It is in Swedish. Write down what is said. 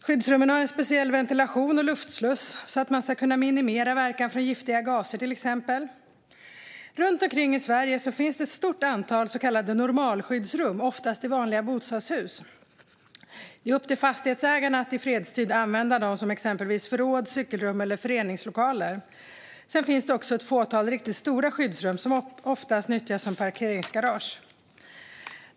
Skyddsrummen har en speciell ventilation och luftsluss så att man ska kunna minimera verkan från till exempel giftiga gaser. Runt omkring i Sverige finns ett stort antal så kallade normalskyddsrum, oftast i vanliga bostadshus. Det är upp till fastighetsägarna att i fredstid använda dem som exempelvis förråd, cykelrum eller föreningslokaler. Det finns också ett fåtal riktigt stora skyddsrum, som oftast nyttjas som parkeringsgarage.